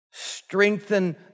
strengthen